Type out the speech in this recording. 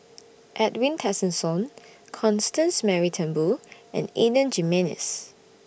Edwin Tessensohn Constance Mary Turnbull and Adan Jimenez